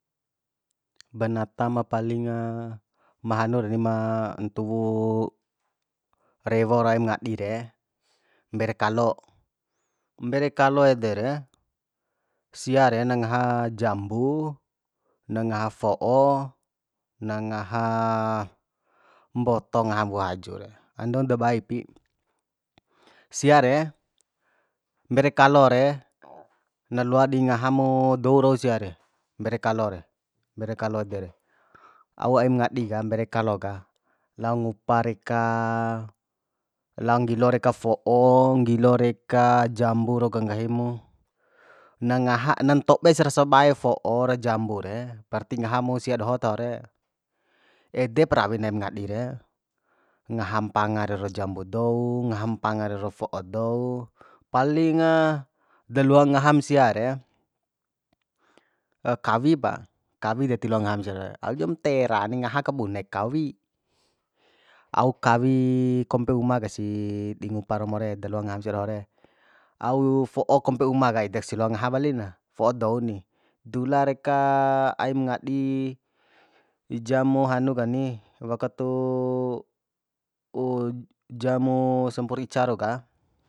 Banata ma palinga ma hanu reni ma ntuwu rewo ro aim ngadi re mbere kalo mbere kalo ede re sia re na ngaha jambu na ngaha fo'o na ngaha mboto ngahan wua haju re andon dabae ipi sia re mbere kalo re na loa di ngaha mo dou rau siare mbere kalo re mbere kalo ede re u aim ngadi ka mbere kalo ka lao ngupa rekalao nggilo reka fo'o nggilo reka jambu rau ka nggahi mu na ngaha na ntobe sar sabae fo'o ra jambu re berarti ngaha mu sia doho taho re edep rawin aim ngadi re ngaha mpanga rero jambu dou ngaha mpanga rero fo'o dou palinga daloa ngaham sia re kawi pa kawi de tiloa ngaham sia re alujam tera ni ngaha kabunek kawi au kawi kompe uma kasi di ngupa romo re da loa ngaham sia doho re au fo'o kompe uma ka edek si loa ngaha wali na fo'o dou ni dula reka aim ngadi jamo hanu kani wakatu jamu sampur ica rau ka